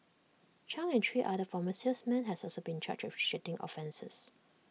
chung and three other former salesmen have also been charged with cheating offences